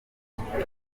kutagira